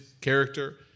character